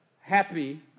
happy